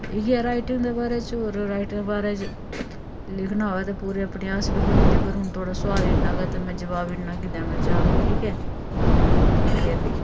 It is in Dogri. ते इ'यै राइटिंग दे बारै च होर राइटरें बारै च लिखना होऐ ते पूरे उपन्यास लखोई जंदे पर हून थुआढ़ा सोआल इ'न्ना गै ते में जवाब इ'न्ना गै देना चांह्ग ठीक ऐ ठीक ऐ फ्ही